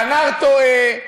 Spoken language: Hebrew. הכנ"ר טועה,